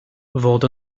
fod